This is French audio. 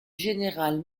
général